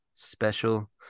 special